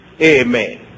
Amen